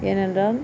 ஏனென்றால்